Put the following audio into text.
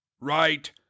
Right